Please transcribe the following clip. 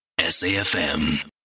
SAFM